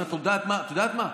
הינה, את יודעת מה?